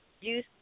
use